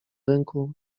ręku